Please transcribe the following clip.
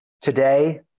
today